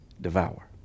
devour